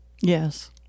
Yes